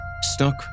stuck